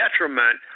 detriment